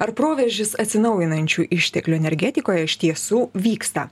ar proveržis atsinaujinančių išteklių energetikoje iš tiesų vyksta